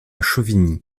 chauvigny